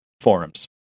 forums